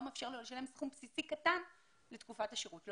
מאפשר לו לשלם סכום בסיסי קטן לתקופת השירות שלו.